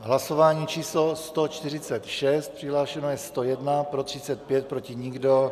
Hlasování číslo 146, přihlášeno je 101, pro 35, proti nikdo.